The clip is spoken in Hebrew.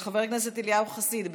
של חבר הכנסת אליהו חסיד.